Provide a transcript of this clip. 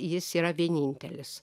jis yra vienintelis